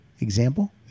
Example